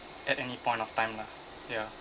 at any point of time lah ya